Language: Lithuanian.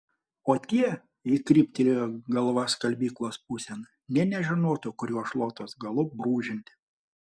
o tie ji kryptelėjo galva skalbyklos pusėn nė nežinotų kuriuo šluotos galu brūžinti